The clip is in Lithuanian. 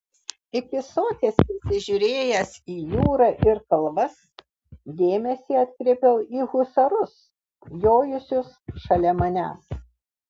iki soties prisižiūrėjęs į jūrą ir kalvas dėmesį atkreipiau į husarus jojusius šalia manęs